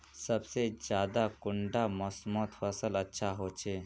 सबसे ज्यादा कुंडा मोसमोत फसल अच्छा होचे?